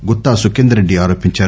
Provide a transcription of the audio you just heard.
గుతా సుఖేందర్రెడ్డి ఆరోపించారు